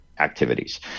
activities